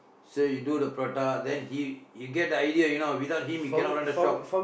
so you do the prata then he he get the idea you know without him you cannot run the shop